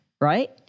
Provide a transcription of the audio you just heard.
right